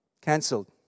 Cancelled